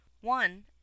One